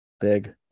big